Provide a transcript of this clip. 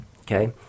okay